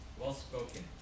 well-spoken